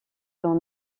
dans